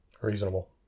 Reasonable